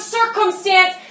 circumstance